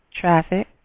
traffic